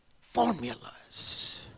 formulas